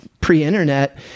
pre-internet